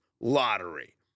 Lottery